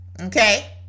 okay